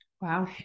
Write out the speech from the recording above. Wow